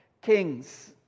kings